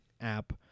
app